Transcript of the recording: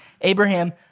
Abraham